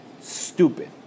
stupid